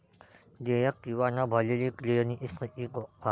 देयक किंवा न भरलेली क्लिअरिंग स्थिती पहा